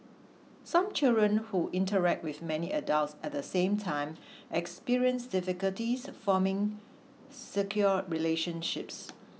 some children who interact with many adults at the same time experience difficulties forming secure relationships